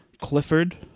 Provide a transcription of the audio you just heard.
Clifford